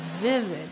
vivid